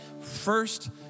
First